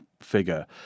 figure